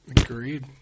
Agreed